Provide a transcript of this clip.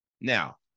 Now